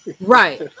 Right